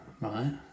right